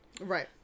Right